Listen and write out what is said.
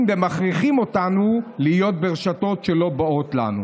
ומכריחים אותנו להיות ברשתות שלא באות לנו.